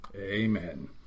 Amen